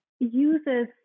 uses